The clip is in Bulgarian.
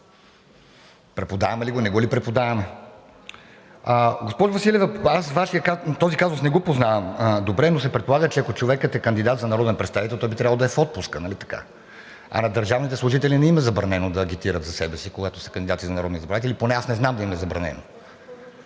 Преподаваме ли го, не го ли преподаваме? Госпожо Василева, този казус не го познавам добре, но се предполага, че ако човекът е кандидат за народен представител, той би трябвало да е в отпуск, нали така. А на държавните служители не им е забранено да агитират за себе си, когато са кандидати за народни представители, поне аз не знам да им е забранено.